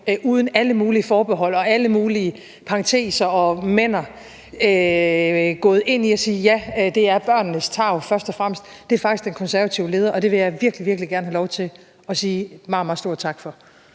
uden alle mulige forbehold og alle mulige parenteser og men'er og er gået ind i at sige, ja, det er børnenes tarv først og fremmest, er faktisk den konservative leder. Det vil jeg virkelig gerne have lov til at sige meget, meget stort tak for.